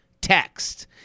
text